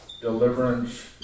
deliverance